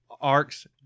arcs